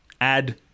add